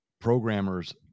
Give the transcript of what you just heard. programmers